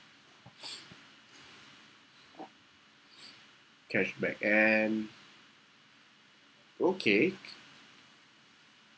cashback and okay